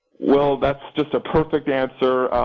well, that's just a perfect answer. ah,